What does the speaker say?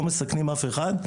לא מסכנים אף אחד,